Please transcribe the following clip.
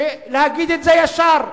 להגיד את זה ישר,